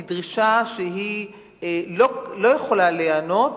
היא דרישה שלא יכולה להיענות.